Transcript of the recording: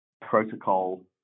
protocol